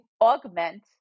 augment